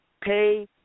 pay